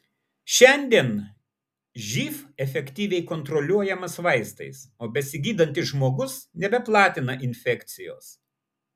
šiandien živ efektyviai kontroliuojamas vaistais o besigydantis žmogus nebeplatina infekcijos